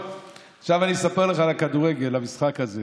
עכשיו אני אספר לך על הכדורגל, על המשחק הזה.